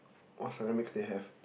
what ceramics they have